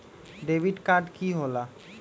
Debit card की होला?